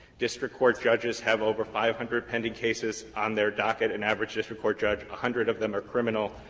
district court judges have over five hundred pending cases on their docket, an average district court judge. a hundred of them are criminal.